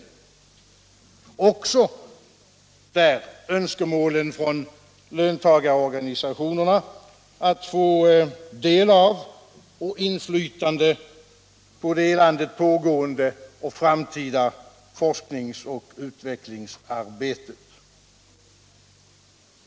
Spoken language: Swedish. Där beaktas också önskemålen från löntagarorganisationerna att få del av och inflytande på det i landet pågående och framtida forskningsoch utvecklingsarbetet.